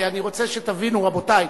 אני רוצה שתבינו, רבותי.